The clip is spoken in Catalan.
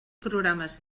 programes